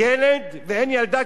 שאין לו אינטרנט בכיס.